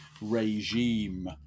regime